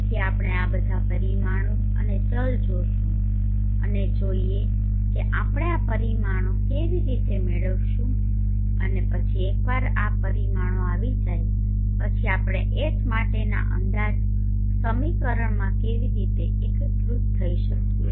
તેથી આપણે આ બધા પરિમાણો અને ચલો જોઈશું અને જોઈએ કે આપણે આ પરિમાણો કેવી રીતે મેળવીશું અને પછી એકવાર આ પરિમાણો આવી જાય પછી આપણે H માટેના અંદાજ સમીકરણમાં કેવી રીતે એકીકૃત થઈ શકીએ